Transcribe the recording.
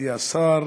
מכובדי השר,